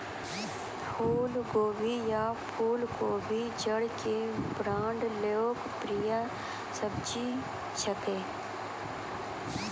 फुलगोभी या फुलकोबी जाड़ा के बड़ा लोकप्रिय सब्जी छेकै